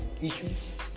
issues